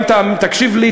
אם תקשיב לי,